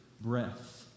breath